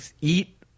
eat